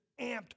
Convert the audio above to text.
amped